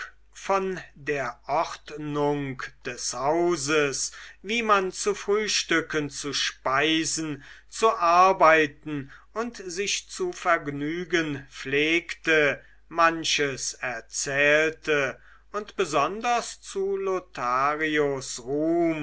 von der ordnung des hauses wie man zu frühstücken zu speisen zu arbeiten und sich zu vergnügen pflegte manches erzählte und besonders zu lotharios ruhm